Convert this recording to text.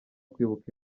kwibuka